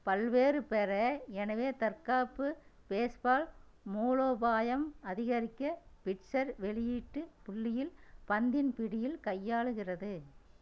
பல்வேறு பெற எனவே தற்காப்பு பேஸ்பால் மூலோபாயம் அதிகரிக்க பிட்சர் வெளியீட்டு புள்ளியில் பந்தின் பிடியில் கையாளுகிறது